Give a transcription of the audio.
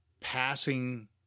Passing